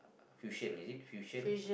fusion is it fusion